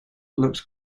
looks